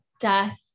death